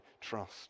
trust